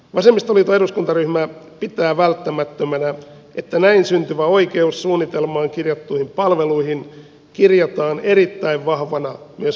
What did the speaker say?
vasemmistoliiton eduskuntaryhmä pitää välttämättömänä että näin syntyvä oikeus suunnitelmaan kirjattuihin palveluihin kirjataan erittäin vahvana myös lain pykäliin